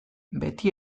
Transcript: beti